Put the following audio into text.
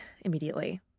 immediately